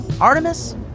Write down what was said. Artemis